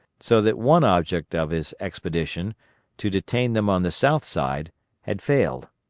so that one object of his expedition to detain them on the south side had failed.